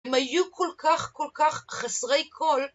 הם היו כל כך, כל כך חסרי כל